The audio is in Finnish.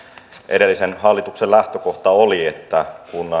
edellisen hallituksen lähtökohta oli että